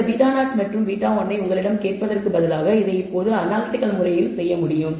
இந்த β0 மற்றும் β1 ஐ உங்களிடம் கேட்பதற்குப் பதிலாக இதை இப்போது அனாலிடிகல் முறையில் செய்ய முடியும்